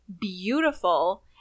beautiful